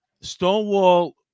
stonewall